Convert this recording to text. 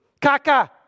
caca